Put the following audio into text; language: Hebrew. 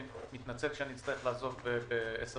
אני מתנצל שאני צריך לעזוב ב-10:30,